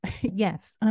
Yes